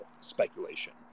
speculation